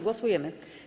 Głosujemy.